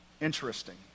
Interesting